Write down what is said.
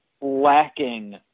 lacking